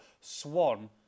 Swan